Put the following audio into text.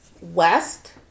west